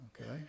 Okay